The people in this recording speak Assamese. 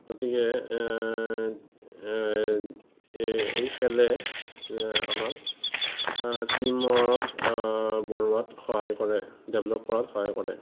গতিকে এই খেলে আমাক টীম ৱৰ্ক বঢ়োৱাত সহায় কৰে ডেভেলপ কৰাত সহায় কৰে